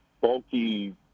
bulky